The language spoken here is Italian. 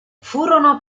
furono